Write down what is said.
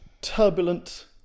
turbulent